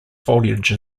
foliage